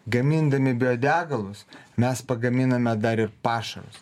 gamindami bio degalus mes pagaminame dar ir pašarus